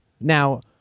Now